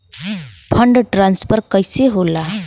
Fund transfer कैसे होला?